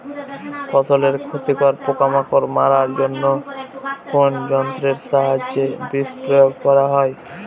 ফসলের ক্ষতিকর পোকামাকড় মারার জন্য কোন যন্ত্রের সাহায্যে বিষ প্রয়োগ করা হয়?